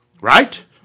Right